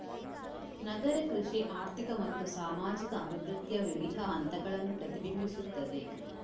ನಗರ ಕೃಷಿ ಆರ್ಥಿಕ ಮತ್ತು ಸಾಮಾಜಿಕ ಅಭಿವೃದ್ಧಿಯ ವಿವಿಧ ಹಂತಗಳನ್ನು ಪ್ರತಿಬಿಂಬಿಸುತ್ತದೆ